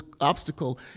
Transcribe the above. obstacle